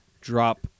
drop